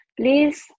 please